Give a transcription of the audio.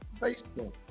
Facebook